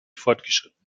fortgeschritten